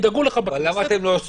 ידאגו לך --- לא זה המסר,